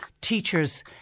teachers